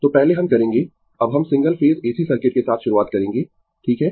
तो पहले हम करेंगें अब हम सिंगल फेज AC सर्किट के साथ शुरुआत करेंगें ठीक है